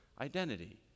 identity